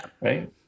Right